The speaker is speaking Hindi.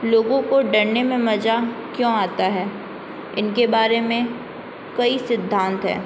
लोगों को डरने में मज़ा क्यों आता है इनके बारे में कई सिद्धांत हैं